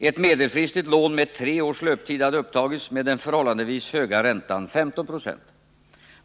Ett medelfristigt lån med tre års löptid hade upptagits med den förhållandevis höga räntan 15 96.